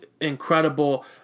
incredible